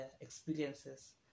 experiences